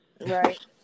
Right